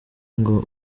ngo